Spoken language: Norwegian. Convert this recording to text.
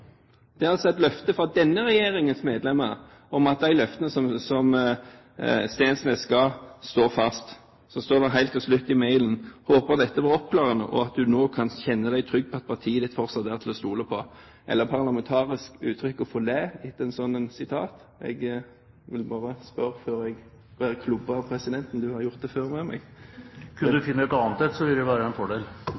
Det er altså et løfte fra denne regjeringens medlemmer om at de løftene som Steensnæs ga, står fast. Så står det helt til slutt i mailen: «Håper dette var oppklarende. Og at du nå kan kjenne deg trygg på at partiet ditt fortsatt er til å stole på.» Er det et parlamentarisk uttrykk å få le etter et slikt sitat? Jeg ville bare spørre før presidenten klubber, presidenten har gjort det før med meg. Kunne du finne et annet, ville det være en fordel. Da skal jeg